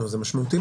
זה משמעותי מאוד.